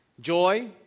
Joy